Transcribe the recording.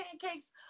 pancakes